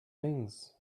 things